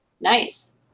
nice